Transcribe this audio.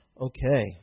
Okay